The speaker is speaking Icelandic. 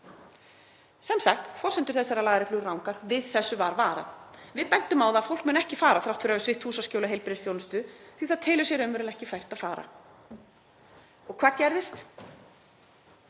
Sem sagt, forsendur þessara laga eru rangar og við þessu var varað. Við bentum á það að fólk myndi ekki fara þrátt fyrir að vera svipt húsaskjóli og heilbrigðisþjónustu því að það telur sér raunverulega ekki fært að fara. Og hvað gerðist?